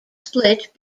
split